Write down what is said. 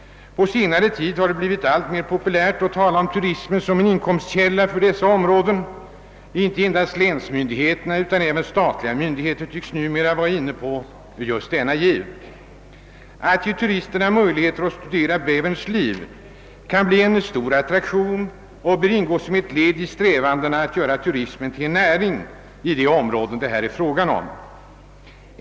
På senare tid har det blivit alltmer populärt att tala om turismen som en inkomstkälla för dessa områden. Inte endast länsmyndigheterna utan även statliga myndigheter tycks numera vara inne på denna linje. Möjlighet för turisterna att studera bäverns liv kan bli en stor attraktion. Att möjliggöra detta bör ingå i strävandena att göra turismen till en näring i de områden det här är fråga om.